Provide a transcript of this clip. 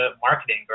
marketing